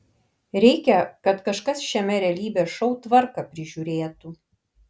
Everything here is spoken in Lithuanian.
reikia kad kažkas šiame realybės šou tvarką prižiūrėtų